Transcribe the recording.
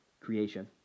creation